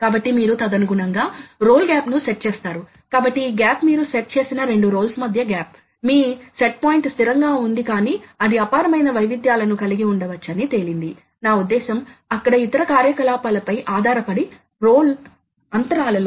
కాబట్టి ఒక కోణంలో ఇది ఈ PLC రంగ్స్ లాగా ఉంటుంది కాబట్టి ఒక నిజమైన లాడెర్ లాజిక్ రేఖాచిత్రం కూడా అంతే గ్రాఫికల్ అమరికను బోధిస్తుంది తద్వారా డొమైన్ నుండి వచ్చిన ప్రోగ్రామ్ లను అభివృద్ధి చేసే వ్యక్తులు అర్థం చేసుకోగలరు